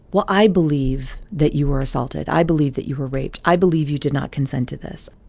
well, i believe that you were assaulted. i believe that you were raped. i believe you did not consent to this.